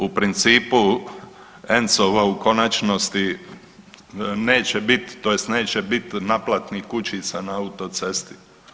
U principu ENC-ova u konačnosti neće bit tj. neće biti naplatnih kućica na autocesti.